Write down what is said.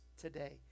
today